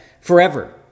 forever